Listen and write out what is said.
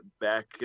back